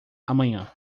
amanhã